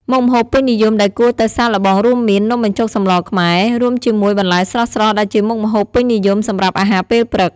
មុខម្ហូបពេញនិយមដែលគួរតែសាកល្បងរួមមាន នំបញ្ចុកសម្លរខ្មែរ រួមជាមួយបន្លែស្រស់ៗដែលជាមុខម្ហូបពេញនិយមសម្រាប់អាហារពេលព្រឹក។